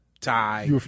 tie